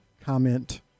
comment